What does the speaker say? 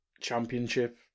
Championship